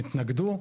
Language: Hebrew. התנגדו.